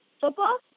Football